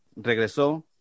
Regresó